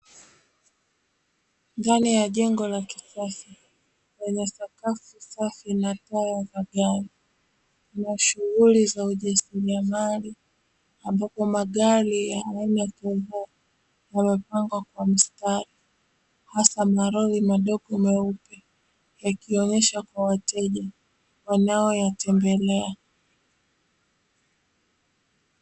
Ndani ya jengo la kisasa leneye sakafu safu na poo la gari lenye shunghuli za ujasiliamali ambapo magari yamepagwa kwa mstari, hasa malori madogo meupe yakionyesha kwa wateja wanayoyatembelea .